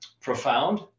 profound